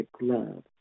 love